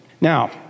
Now